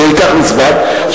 זה ייקח לי זמן.